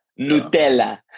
nutella